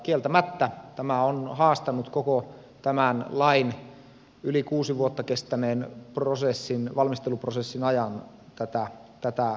kieltämättä tämä on haastanut koko tämän lain yli kuusi vuotta kestäneen valmisteluprosessin ajan tätä tulevaa lakia